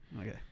Okay